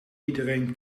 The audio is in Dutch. iedereen